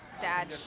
dad